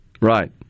Right